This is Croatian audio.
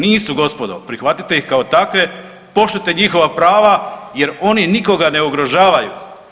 Nisu gospodo, prihvatite ih kao takve, poštujte njihova prava jer oni nikoga ne ugrožavaju.